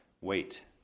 wait